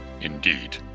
Indeed